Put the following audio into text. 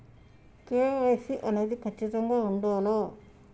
KYC అనేది ఖచ్చితంగా ఉండాలా?